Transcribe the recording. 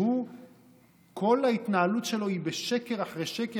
כשכל ההתנהלות שלו היא שקר אחרי שקר.